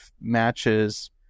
matches